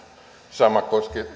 samoin